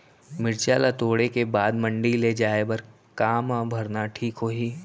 मिरचा ला तोड़े के बाद मंडी ले जाए बर का मा भरना ठीक होही?